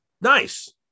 nice